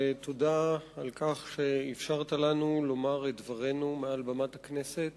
ותודה על כך שאפשרת לנו לומר את דברנו מעל במת הכנסת